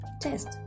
test